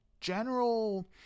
general